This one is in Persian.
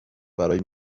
برای